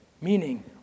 Meaning